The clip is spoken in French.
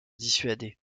dissuader